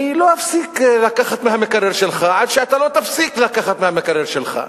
אני לא אפסיק לקחת מהמקרר שלך עד שאתה לא תפסיק לקחת מהמקרר שלך.